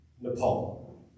Nepal